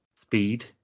speed